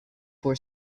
for